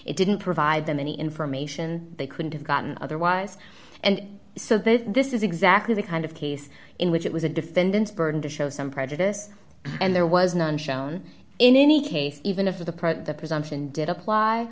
it didn't provide them any information they couldn't have gotten otherwise and so that this is exactly the kind of case in which it was a defendant's burden to show some prejudice and there was none shown in any case even if the probe the presumption did apply